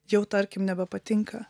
jau tarkim nebepatinka